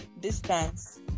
Distance